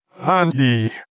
Andy